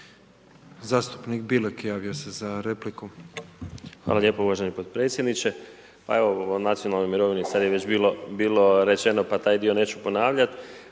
za repliku. **Bilek, Vladimir (Nezavisni)** Hvala lijepo uvaženi podpredsjedniče. Evo o nacionalnoj mirovini sad je već bilo rečeno pa taj dio neću ponavljat.